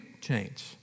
change